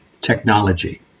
technology